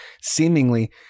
seemingly